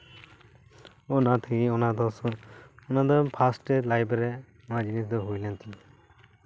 ᱚᱱᱟ ᱛᱮᱜᱮ ᱚᱱᱟ ᱫᱚ ᱯᱷᱟᱥᱴᱮ ᱞᱟᱭᱤᱵᱽ ᱨᱮ ᱱᱚᱣᱟ ᱡᱤᱱᱤᱥ ᱫᱚ ᱦᱩᱭ ᱞᱮᱱ ᱛᱤᱧᱟᱹ